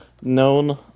known